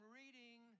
reading